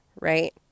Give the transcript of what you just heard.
right